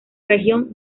región